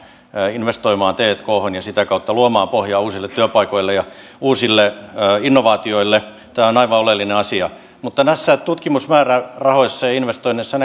investoimaan tkhon ja sitä kautta luomaan pohjaa uusille työpaikoille ja uusille innovaatioille tämä on aivan oleellinen asia mutta näissä tutkimusmäärärahoissa ja investoinneissa